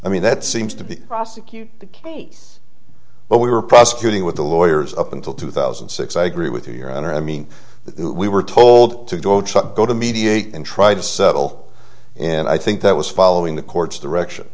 i mean that seems to be prosecute the case but we were prosecuting with the lawyers up until two thousand and six i agree with you your honor i mean we were told to go chop go to mediate and try to settle and i think that was following the court's direction